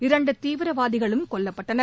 இரண்டுதீவராதிகளும் கொல்லப்பட்டனர்